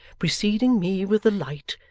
preceding me with the light,